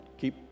Keep